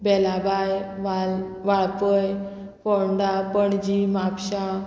बेलाबाय वाल वाळपय पोंडा पणजी म्हापशां